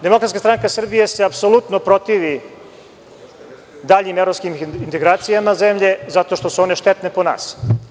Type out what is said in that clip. Demokratska stranka Srbije se apsolutno protivi daljim evropskim integracijama zemlje zato što su one štetne po nas.